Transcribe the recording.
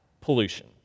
pollution